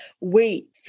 wait